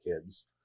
kids